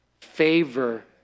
favor